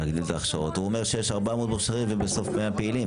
הוא אומר שיש 400 מוכשרים, ובסוף 100 פעילים.